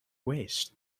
waist